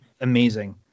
amazing